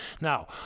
Now